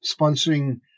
sponsoring